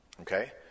Okay